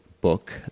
book